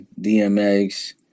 DMX